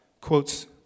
quotes